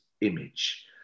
image